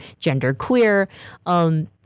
genderqueer